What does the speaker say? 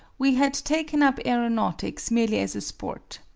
we had taken up aeronautics merely as a sport.